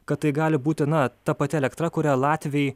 kad tai gali būtina ta pati elektra kurią latviai